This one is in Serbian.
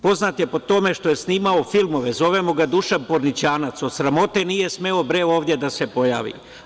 Poznat je po tome što je snimao filmove, zovemo ga – Dušan pornićanac, od sramote nije smeo ovde da se pojavi.